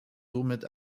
somit